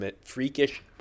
freakish